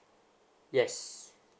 yes